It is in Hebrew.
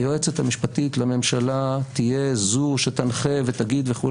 היועצת המשפטית לממשלה תהיה זו שתנחה ותגיד וכו',